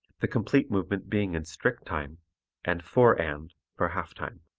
the complete movement being in strict time and four and for half-time.